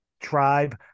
tribe